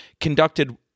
conducted